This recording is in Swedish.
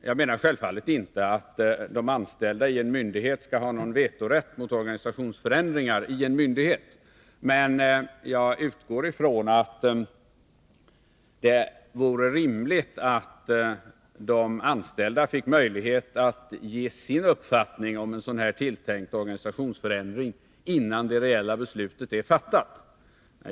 Jag menar självfallet inte att de anställda i en myndighet skall ha någon vetorätt mot organisationsförändringar i en myndighet, men jag utgår ifrån att det är rimligt att de anställda får möjlighet att delge sin uppfattning om en sådan här tilltänkt organisationsförändring innan det reella beslutet är fattat.